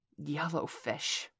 Yellowfish